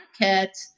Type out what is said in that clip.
market